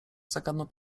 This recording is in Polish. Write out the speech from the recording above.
zagadnął